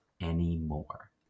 anymore